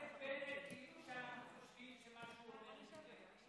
אבל למה אתה מצטט את בנט כאילו שאנחנו חושבים שמה שהוא אומר זאת אמת?